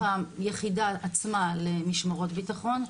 משובצים בתוך היחידה עצמה למשמרות ביטחון,